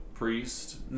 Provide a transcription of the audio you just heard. priest